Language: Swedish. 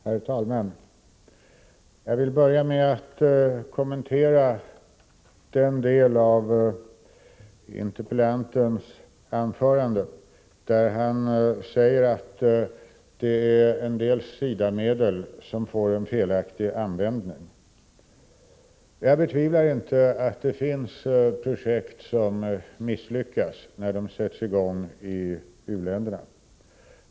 Herr talman! Jag vill börja med att kommentera den del av interpellantens anförande, där han säger att en del SIDA-medel får en felaktig användning. Jag betvivlar inte att det finns en del projekt som misslyckas när de sätts i gång i u-länderna.